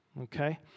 Okay